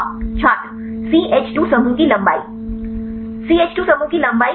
छात्र CH2 समूह की लंबाई सीएच 2 समूह की लंबाई सही